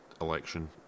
election